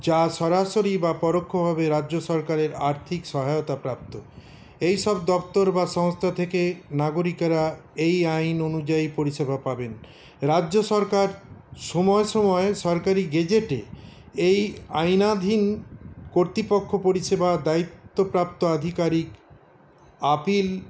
যা সরাসরি বা পরোক্ষভাবে রাজ্য সরকারের আর্থিক সহায়তা প্রাপ্ত এইসব দপ্তর বা সংস্থা থেকে নাগরিকরা এই আইন অনুযায়ী পরিষেবা পাবেন রাজ্য সরকার সময়ে সময়ে সরকারি গেজেটে এই আইনাধীন কর্তৃপক্ষ পরিষেবা দায়িত্বপ্রাপ্ত আধিকারিক আপিল